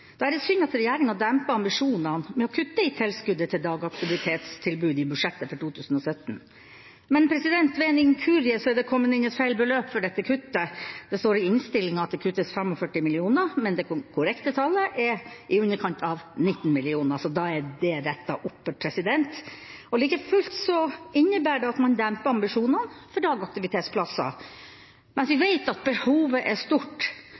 Da er det synd at regjeringa demper ambisjonene ved å kutte i tilskuddet til dagaktivitetstilbudet i budsjettet for 2017. Ved en inkurie er det kommet inn et feil beløp for dette kuttet. Det står i innstillinga at det kuttes 45 mill. kr, mens det korrekte tallet er i underkant av 19 mill. kr, så da er det rettet opp. Like fullt innebærer det at man demper ambisjonene for dagaktivitetsplasser, mens vi vet at behovet er stort,